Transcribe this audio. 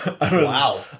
Wow